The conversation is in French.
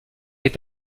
est